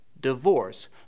divorce